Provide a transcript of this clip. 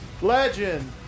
Legend